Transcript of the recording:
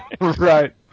Right